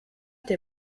der